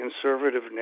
conservative